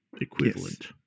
equivalent